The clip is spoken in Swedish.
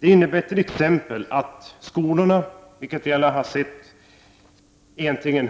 Det innebär t.ex. att skolorna, vilket alla kunnat se,